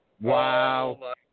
Wow